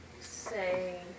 say